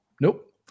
Nope